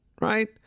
right